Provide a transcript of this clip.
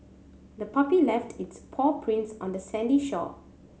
the puppy left its paw prints on the sandy shore